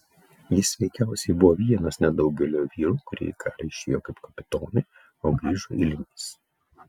jis veikiausiai buvo vienas nedaugelio vyrų kurie į karą išėjo kaip kapitonai o grįžo eiliniais